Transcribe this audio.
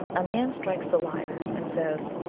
a man strikes the lyre, and says,